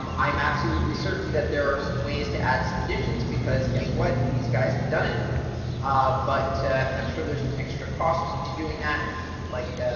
um i'm absolutely certain that there are some ways to add some additions because guess what these guys have done it ah but and i'm sure there's an extra cost to doing that like,